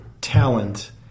talent